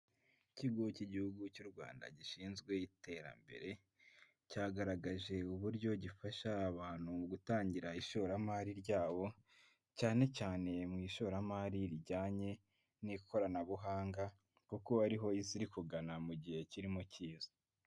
Ikigo cy'igihugu cy'u Rwanda gishinzwe iterambere, cyagaragaje uburyo gifasha abantu gutangira ishoramari ryabo cyane cyane mu ishoramari rijyanye n'ikoranabuhanga kuko ari ho isi iri kugana mu gihe kirimo cyiza.